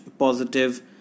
positive